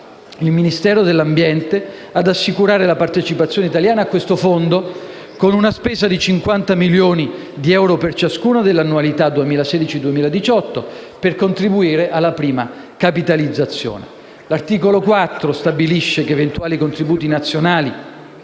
il Ministro dell'ambiente ad assicurare la partecipazione italiana a tale fondo, con una spesa di 50 milioni di euro per ciascuno degli anni dal 2016 al 2018, per contribuire alla prima capitalizzazione. L'articolo 4 stabilisce che eventuali contributi nazionali,